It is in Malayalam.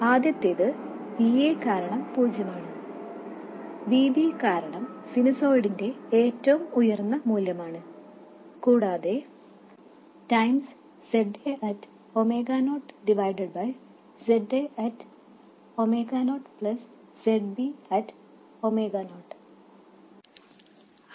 ആദ്യത്തേത് Va കാരണവും Vb കാരണവും പൂജ്യമാണ് അത് സിനുസോയിഡിന്റെ ഏറ്റവും ഉയർന്ന മൂല്യം ഗുണനം ഒമേഗ നോട്ടിൽ ഉള്ള Za ഡിവൈഡെഡ് ബൈ ഒമേഗ നോട്ടിൽ ഉള്ള Z a പ്ലസ് ഒമേഗ നോട്ടിൽ ഉള്ള Z b